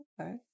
Okay